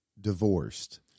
divorced